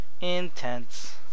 intense